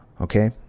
okay